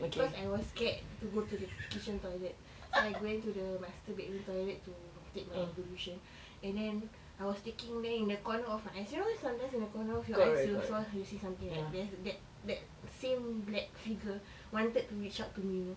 because I was scared to go to the kitchen toilet so I went to the master bedroom toilet to take my ablution and then I was taking then in the corner of my eye you know sometimes in the corner of your eyes you saw you'll see something right that that same black figure wanted to reach out to me